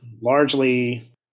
largely